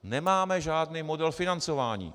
Nemáme žádný model financování.